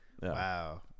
Wow